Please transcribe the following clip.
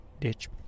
ditch